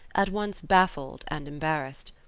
at once baffled and embarrassed.